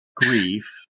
grief